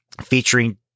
featuring